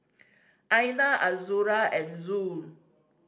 Aina Azura and Zul